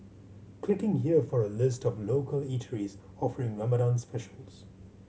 clicking here for a list of local eateries offering Ramadan specials